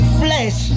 flesh